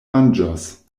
manĝos